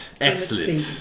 Excellent